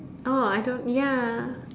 oh I don't ya